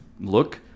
look